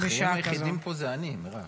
האחרים היחידים פה זה אני, מירב.